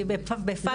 בפקס,